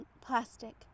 plastic